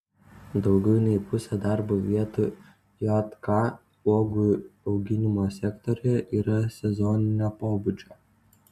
daugiau nei pusė darbo vietų jk uogų auginimo sektoriuje yra sezoninio pobūdžio